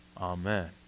Amen